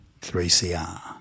3CR